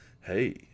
hey